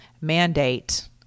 mandate